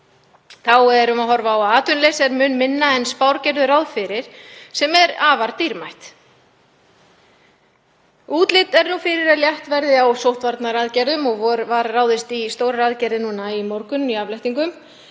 Þá horfum við á að atvinnuleysi er mun minna en spár gerðu ráð fyrir, sem er afar dýrmætt. Útlit er fyrir að létt verði á sóttvarnaaðgerðum og var ráðist í stórar aðgerðir núna í morgun í afléttingum,